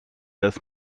das